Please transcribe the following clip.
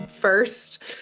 first